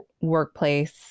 workplace